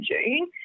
June